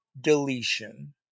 deletion